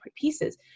pieces